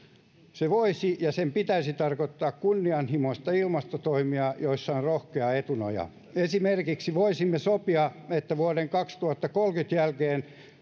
se voisi ja sen pitäisi tarkoittaa kunnianhimoisia ilmastotoimia joissa on rohkea etunoja esimerkiksi voisimme sopia että vuoden kaksituhattakolmekymmentä jälkeen